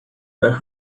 were